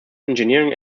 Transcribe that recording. engineering